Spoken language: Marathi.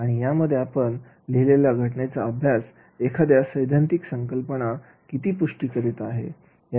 आणि यामध्ये आपण लिहिलेला घटनेचा अभ्यास एखाद्या सैद्धांतिक संकल्पना किती पुष्टी करीत आहे